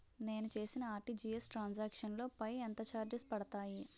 నేను చేసిన RTGS transaction లో పై ఎంత చార్జెస్ పడతాయి?